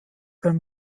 beim